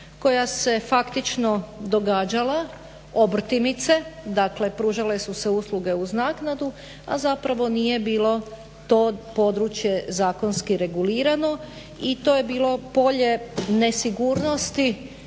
koja se faktično događala, obrtimice. Dakle, pružale su se usluge uz naknadu, a zapravo nije bilo to područje zakonski regulirano i to je bilo polje nesigurnosti